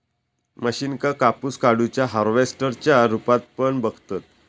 मशीनका कापूस काढुच्या हार्वेस्टर च्या रुपात पण बघतत